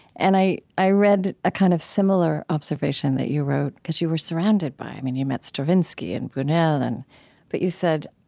and i i read a kind of similar observation that you wrote, because you were surrounded by it. i mean you met stravinsky and bunuel and and and but you said,